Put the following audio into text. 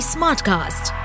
Smartcast